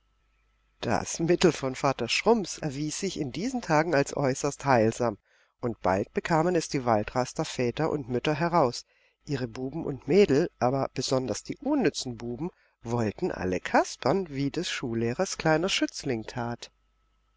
das mittel von vater schrumps erwies sich in diesen tagen als äußerst heilsam und bald bekamen es die waldraster väter und mütter heraus ihre buben und mädel aber besonders die unnützen buben wollten alle kaspern wie des schullehrers kleiner schützling tat